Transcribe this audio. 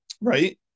right